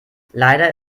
leider